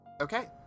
Okay